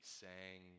sang